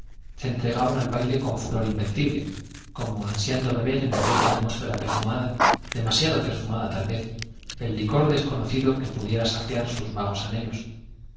se entregaban al baile con furor invencible como ansiando beber en aquella atmósfera perfumada demasiado perfumada tal vez el licor desconocido que pudiera saciar sus vagos anhelos